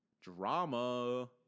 Drama